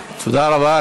תודה רבה.